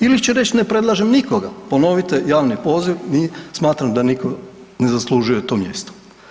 Ili će reći ne predlažem nikoga, ponovite javni poziv, smatram da nitko ne zaslužuje to mjesto.